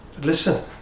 Listen